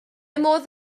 modd